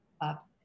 up